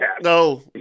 No